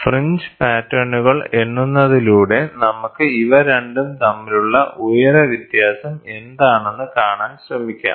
fringe പാറ്റേണുകൾ എണ്ണുന്നതിലൂടെ നമുക്ക് ഇവ രണ്ടും തമ്മിലുള്ള ഉയര വ്യത്യാസം എന്താണെന്ന് കാണാൻ ശ്രമിക്കാം